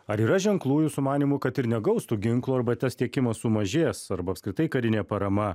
ar yra ženklų jūsų manymu kad ir negaus tų ginklų arba tas tiekimas sumažės arba apskritai karinė parama